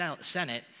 Senate